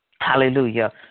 Hallelujah